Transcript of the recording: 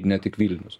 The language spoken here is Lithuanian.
ne tik vilnius